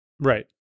Right